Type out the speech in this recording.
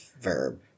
verb